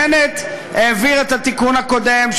בנט העביר את התיקון הקודם,